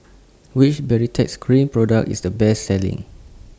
Which Baritex Cream Product IS The Best Selling